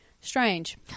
strange